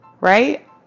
Right